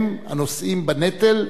הם הנושאים בנטל,